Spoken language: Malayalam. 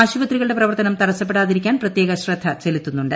ആശുപത്രികളുടെ പ്രവർത്തനം തടസ്സപ്പെടാതിരിക്കാൻ പ്രത്യേക ശ്രദ്ധ ചെലുത്തുന്നുണ്ട്